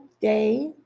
day